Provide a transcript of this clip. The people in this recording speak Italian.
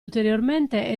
ulteriormente